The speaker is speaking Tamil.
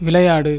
விளையாடு